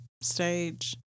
stage